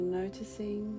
noticing